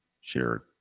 shared